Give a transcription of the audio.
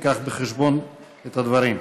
נביא בחשבון את הדברים.